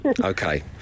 Okay